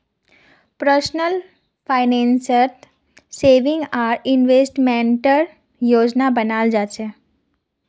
personal फाइनेंसत saving आर इन्वेस्टमेंटेर योजना बनाल जा छेक